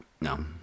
No